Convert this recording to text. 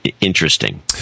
interesting